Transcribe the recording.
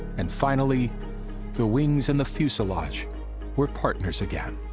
and finally the wings and the fuselage were partners again.